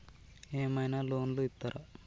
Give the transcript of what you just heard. ఏమైనా లోన్లు ఇత్తరా?